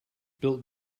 built